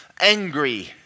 angry